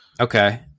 Okay